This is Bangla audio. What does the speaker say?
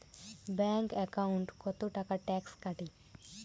ব্যাংক একাউন্টত কতো টাকা ট্যাক্স কাটে?